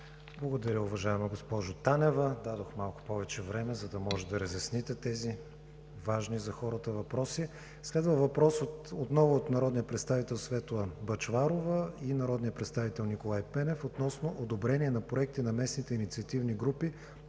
Благодаря, уважаема госпожо Танева – дадох малко повече време, за да може да разясните тези важни за хората въпроси. Следва въпрос отново от народните представители Светла Бъчварова и Николай Пенев относно одобрение на проекти на местните инициативни групи